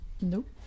Nope